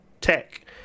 tech